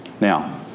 Now